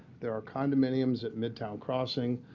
there are condominiums at midtown crossing.